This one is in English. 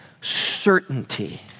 certainty